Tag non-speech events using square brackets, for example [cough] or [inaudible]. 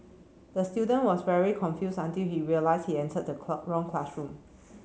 the student was very confused until he realised he entered the [unintelligible] wrong classroom